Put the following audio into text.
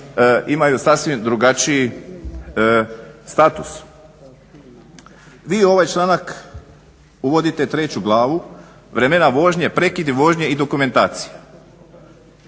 imaju sasvim drugačiji status. Vi ovaj članak uvodite treću glavu, vremena vožnje, prekidi vožnje i dokumentacija.